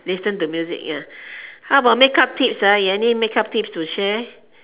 listen to music ya how about makeup tips ah you have any makeup tips to share